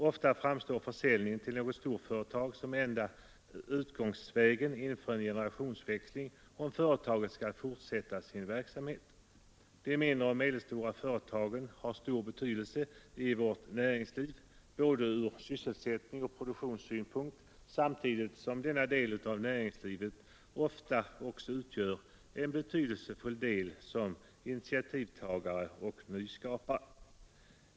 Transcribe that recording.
Ofta framstår försäljning till något storföretag som enda utvägen inför en generationsväxling, om företaget skall fortsätta sin verksamhet. De mindre och medelstora företagen har stor betydelse i vårt näringsliv både ur sysselsättningsoch produktionssynpunkt, samtidigt som denna del av näringslivet ofta också är betydelsefull som initiativtagare och nyskapare.